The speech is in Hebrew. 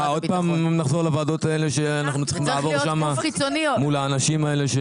עוד פעם נחזור לוועדות האלה ולעמוד בפני האנשים האלה?